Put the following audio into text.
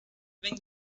wenn